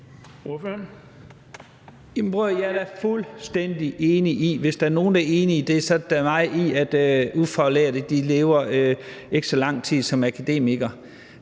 jeg er da fuldstændig enig, og hvis der er nogen, der er enig i det, så er det da mig, nemlig i, at ufaglærte ikke lever i så lang tid som akademikere.